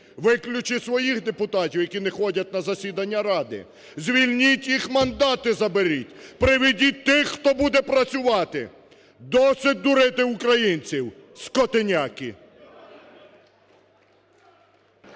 Виключіть своїх депутатів, які не ходять на засідання Ради. Звільніть їх, мандати заберіть! Приведіть тих, хто буде працювати. Досить дурити українців, скотиняки!